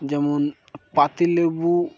যেমন পাতি লেবু